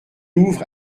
ouvre